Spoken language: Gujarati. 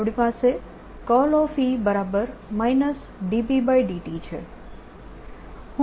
પછી અમારી પાસે E Bt છે